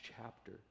chapter